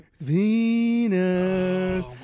Venus